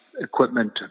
equipment